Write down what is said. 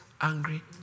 angry